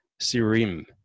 Sirim